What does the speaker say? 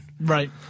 Right